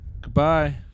Goodbye